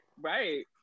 Right